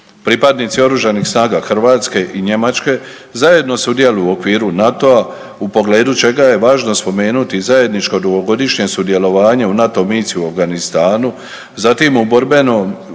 Pripadnici OS-a Hrvatske i Njemačke zajedno sudjeluju u okviru NATO-a u pogledu čega je važno spomenuti zajedničko dugogodišnje sudjelovanje u NATO misiji u Afganistanu, zatim u borbenoj